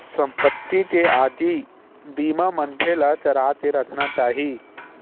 संपत्ति के आगी बीमा मनखे ल करा के रखना चाही